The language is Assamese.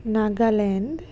নাগালেণ্ড